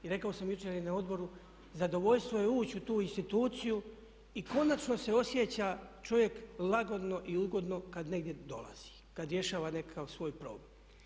Rekao sam jučer i na odboru zadovoljstvo je ući u tu instituciju i konačno se osjeća čovjek lagodno i ugodno kad negdje dolazi, kad rješava nekakav svoj problem.